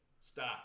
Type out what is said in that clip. Stop